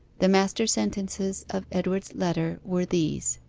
the master-sentences of edward's letter were these